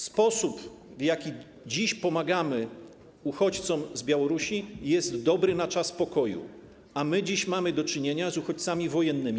Sposób, w jaki dziś pomagamy uchodźcom z Białorusi, jest dobry na czas pokoju, a my dziś mamy do czynienia z uchodźcami wojennymi.